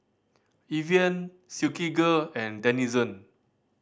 Evian Silkygirl and Denizen